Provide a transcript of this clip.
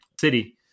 City